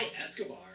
Escobar